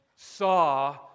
saw